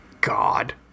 God